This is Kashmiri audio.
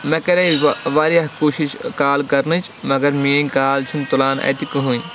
مےٚ کَریاے واریاہ کوٗشِش کال کرنٕچ مَگر میٲنۍ کال چھِ نہٕ اَتہِ تُلان کٔہٕنۍ